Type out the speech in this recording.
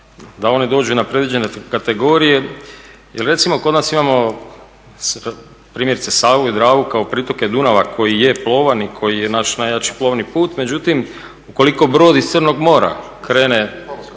da oni dođu na predviđene kategorije. Jer recimo kod nas imamo primjerice Savu i Dravu kao pritoke Dunava koji je plovan i koji je naš najjači plovni put međutim ukoliko brod iz Crnog mora krene